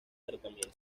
tratamiento